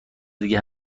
دیگه